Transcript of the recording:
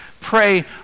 Pray